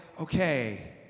okay